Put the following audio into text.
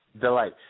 Delight